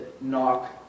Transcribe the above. knock